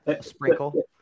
Sprinkle